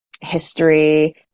history